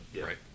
Right